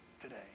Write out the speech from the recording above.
today